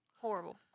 horrible